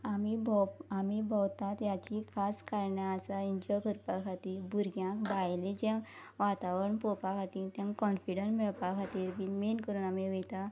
आमी आमी भोंवतात हाचीं खास कारणां आसा एन्जॉय करपा खातीर भुरग्यांक भायलें जें वातावरण पळोवपा खातीर तांकां कॉनफिडंस मेळपा खातीर बीन मेन करून आमी वयता